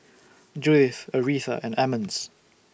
Judyth Aretha and Emmons